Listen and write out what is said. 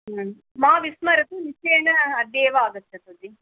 मा विस्मरतु निश्चयेन अद्य एव आगच्छतु जि